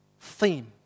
theme